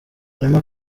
emma